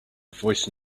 voice